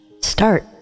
start